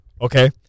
Okay